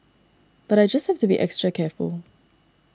but I just have to be extra careful